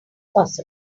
possible